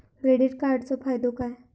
Credit कार्डाचो फायदो काय?